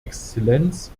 exzellenz